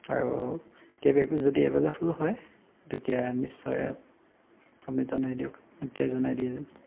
আৰু কেবেব যদি এভেইলেবল হয় তেতিয়া নিশ্চয় আপুনি জনাই দিয়ক এতিয়াই জনাই দিয়ে যেন